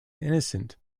innocent